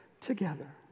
together